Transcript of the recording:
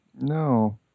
No